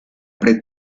pre